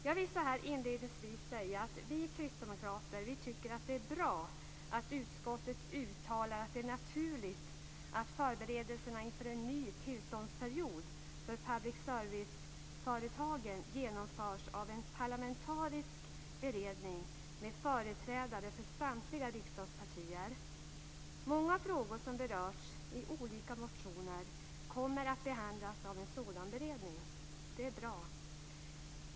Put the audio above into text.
Jag vill så här inledningsvis säga att vi kristdemokrater tycker att det är bra att utskottet uttalar att det är naturligt att förberedelserna inför en ny tillståndsperiod för public service-företagen genomförs av en parlamentarisk beredning med företrädare för samtliga riksdagspartier. Många frågor som berörts i olika motioner kommer att behandlas av en sådan beredning. Det är bra.